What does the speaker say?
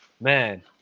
man